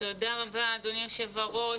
תודה רבה אדוני היושב ראש.